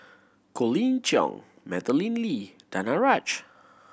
Colin Cheong Madeleine Lee Danaraj